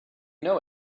know